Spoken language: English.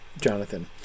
Jonathan